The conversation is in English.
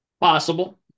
Possible